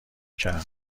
کرد